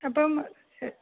അപ്പം